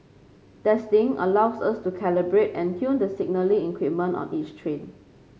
testing allows us to calibrate and tune the signalling equipment on each train